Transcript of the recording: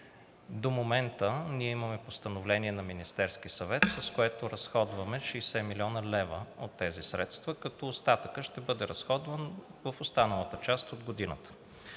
До момента ние имаме Постановление на Министерския съвет, с което разходваме 60 млн. лв. от тези средства, като остатъкът ще бъде разходван в останалата част от годината.